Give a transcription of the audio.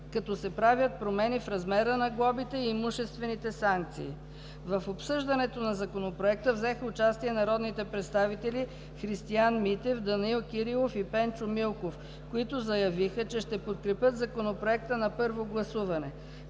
като се правят промени в размера на глобите и имуществените санкции. В обсъждането на Законопроекта взеха участие народните представители Христиан Митев, Данаил Кирилов и Пенчо Милков, които заявиха, че ще подкрепят Законопроекта на първо гласуване.